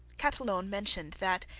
catalogne mentioned that,